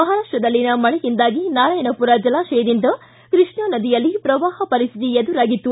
ಮಹಾರಾಷ್ಷದಲ್ಲಿನ ಮಳೆಯಿಂದಾಗಿ ನಾರಾಯಣಪುರ ಜಲಾಶಯದಿಂದ ಕೃಷ್ಣಾ ನದಿಯಲ್ಲಿ ಪ್ರವಾಪ ಪರಿಶ್ಶಿತಿ ಎದುರಾಗಿತ್ತು